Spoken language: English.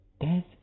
death